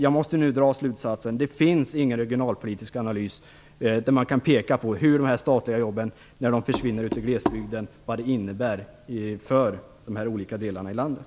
Jag måste nu dra slutsatsen att det inte finns någon regionalpolitisk analys som visar vad det innebär för glesbygden när de här statliga jobben försvinner.